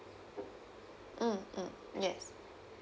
mm yes